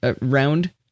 round